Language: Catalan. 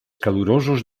calorosos